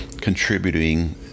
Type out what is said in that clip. contributing